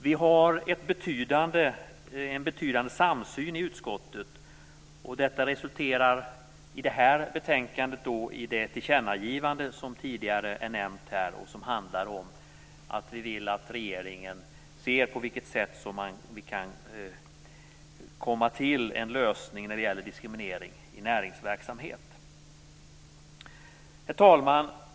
Vi har en betydande samsyn i utskottet och detta resulterar i det här betänkandet i det tillkännagivande som tidigare nämnts och som handlar om att vi vill att regeringen skall undersöka på vilket sätt man kan nå en lösning när det gäller diskriminering i näringsverksamhet. Herr talman!